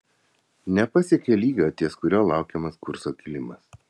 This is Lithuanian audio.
nepasiekė lygio ties kuriuo laukiamas kurso kilimas